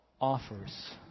offers